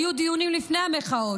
היו דיונים לפני המחאות,